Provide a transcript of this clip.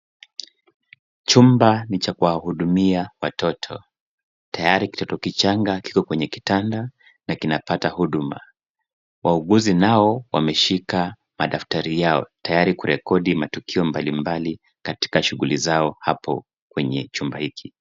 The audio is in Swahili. Chumba ni cha kuwahudumia watoto. Tayari kitoto kichanga kiko kwenye kitanda na kinapata huduma. Wauguzi nao wameshika madaftari yao tayari kurekodi matukio mbalimbali katika shughuli zao hapo kwenye chumba hiki.